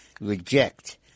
reject